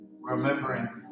remembering